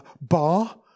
bar